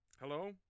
Hello